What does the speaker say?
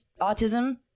autism